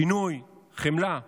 שינוי, חמלה,